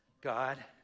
God